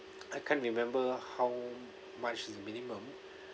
I can't remember how much is minimum